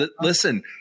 Listen